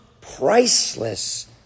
priceless